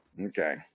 Okay